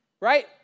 right